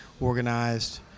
organized